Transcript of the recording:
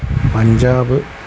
Punjab